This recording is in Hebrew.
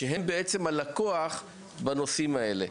כשהם בעצם הלקוח בנושאים האלה.